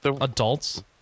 adults